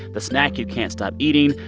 the snack you can't stop eating,